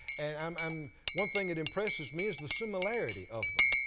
and um um one thing that impresses me is the similarity of them.